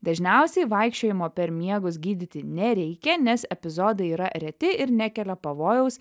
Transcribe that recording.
dažniausiai vaikščiojimo per miegus gydyti nereikia nes epizodai yra reti ir nekelia pavojaus